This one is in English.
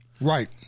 Right